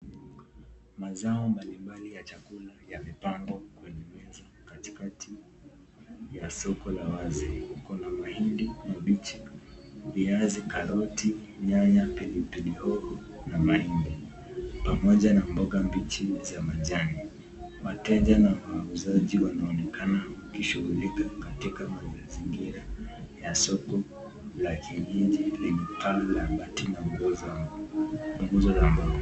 Mazao mbali mbali mbali ya chakula yamepangwa kwenye meza kati kati ya soko la wazi, Kuna mahindi mabichi, viazi karoti, nyanya pilipili hoho na mahindi pamoja na mboga mchichi za majani. Wateja na wauzaji wanaonekana wakishughulika katika mazingira ya soko la kijiji [?]